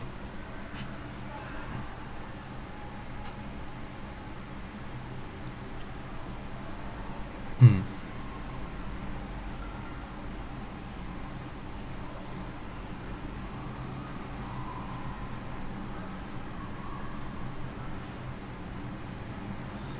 mm